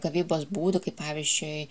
gavybos būdų kaip pavyzdžiui